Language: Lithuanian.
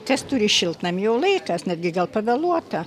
kas turi šiltnamį jau laikas netgi gal pavėluota